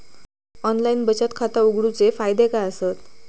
Online बचत खाता उघडूचे फायदे काय आसत?